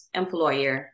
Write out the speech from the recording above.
employer